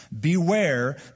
Beware